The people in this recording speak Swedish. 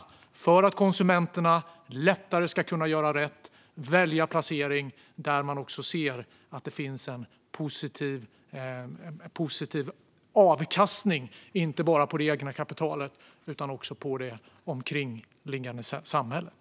Det är för att konsumenterna lättare ska kunna göra rätt och välja placering där de ser att det finns en positiv avkastning inte bara på det egna kapitalet utan också på det omkringliggande samhället.